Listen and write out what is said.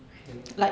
okay